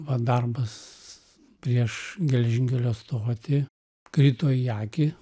va darbas prieš geležinkelio stotį krito į akį